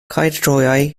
caerdroea